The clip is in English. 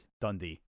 Dundee